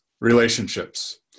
relationships